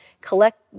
collect